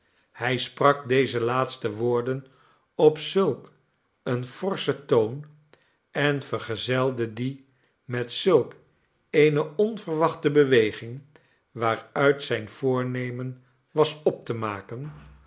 hy sprak deze laatste woorden op zulk een forschen toon en vergezelde die met zulk eene onverwachte beweging waaruit zijn voornemen was op te maken